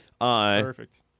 Perfect